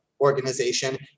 organization